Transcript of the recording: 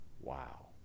Wow